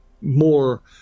more